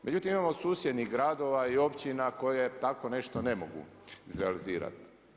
Međutim, imamo susjednih gradova i općina koje tako nešto ne mogu izrealizirati.